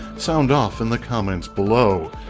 sound off in the comments below.